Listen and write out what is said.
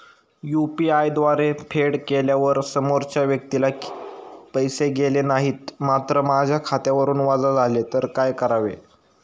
UPI द्वारे फेड केल्यावर समोरच्या व्यक्तीला पैसे गेले नाहीत मात्र माझ्या खात्यावरून वजा झाले तर काय करावे?